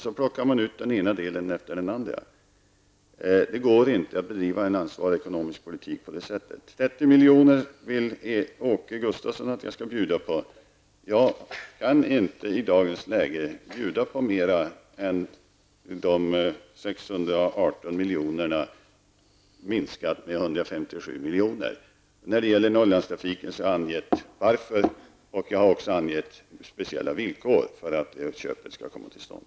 Så plockar man ut den ena delen efter den andra, men det går inte att bedriva en ansvarig ekonomisk politik på det sättet. 30 miljoner vill Åke Gustavsson att jag skall bjuda på. Jag kan inte i dagens läge bjuda på mer än 618 När det gäller Norrlandstrafiken har jag angett speciella villkor för, och även förklarat varför, att köpet skall komma till stånd.